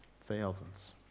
thousands